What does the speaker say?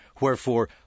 Wherefore